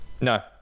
no